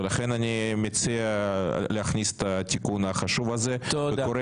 לכן אני מציע להכניס את התיקון החשוב הזה וקורא